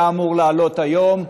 הוא היה אמור לעלות היום.